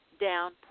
down